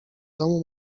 domu